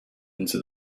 into